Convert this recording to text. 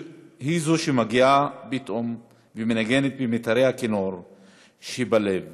היא שמגיעה פתאום ומנגנת במיתרי הכינור שבלב